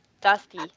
Dusty